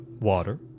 water